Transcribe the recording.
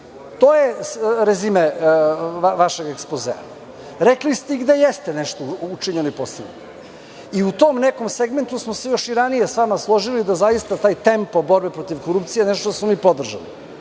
to je rezime vašeg ekspozea. Rekli ste i da jeste nešto učinjeno i postignuto.U tom nekom segmentu smo se i ranije složili da zaista taj tempo borbe protiv korupcije, nešto što smo mi podržali